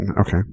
Okay